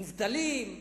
מובטלים,